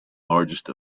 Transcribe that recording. largest